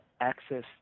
access